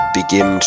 begin